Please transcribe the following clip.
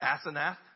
Asenath